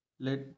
let